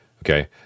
okay